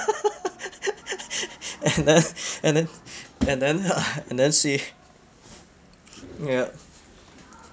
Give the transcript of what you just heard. and then and then and then ah and then see ya